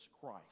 Christ